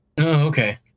okay